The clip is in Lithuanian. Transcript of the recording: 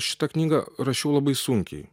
šitą knygą rašiau labai sunkiai